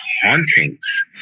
hauntings